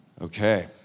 Okay